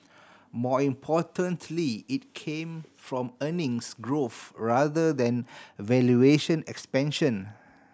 more importantly it came from earnings growth rather than valuation expansion